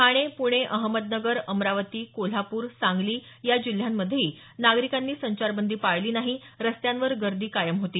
ठाणे पुणे अहमदनगर अमरावती कोल्हापूर सांगली जिल्ह्यांमध्येही नागरीकांनी संचारबंदी पाळली नाही रस्त्यांवर गर्दी कायम होती